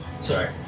Sorry